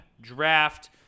draft